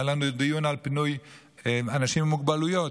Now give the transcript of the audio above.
היה לנו דיון על פינוי אנשים עם מוגבלויות.